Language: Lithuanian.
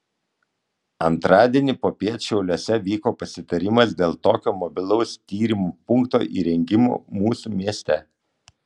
antradienį popiet šiauliuose vyko pasitarimas dėl tokio mobilaus tyrimų punkto įrengimo mūsų mieste